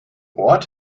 ort